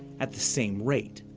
at the same rate.